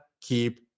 keep